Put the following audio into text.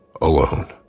alone